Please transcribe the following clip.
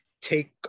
take